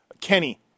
Kenny